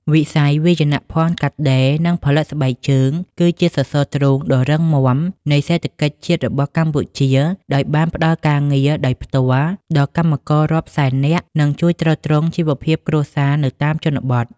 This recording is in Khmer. វិស័យវាយនភណ្ឌ កាត់ដេរ និងផលិតស្បែកជើង គឺជាសសរទ្រូងដ៏រឹងមាំនៃសេដ្ឋកិច្ចជាតិរបស់កម្ពុជា ដោយបានផ្តល់ការងារដោយផ្ទាល់ដល់កម្មកររាប់សែននាក់ និងជួយទ្រទ្រង់ជីវភាពគ្រួសារនៅតាមជនបទ។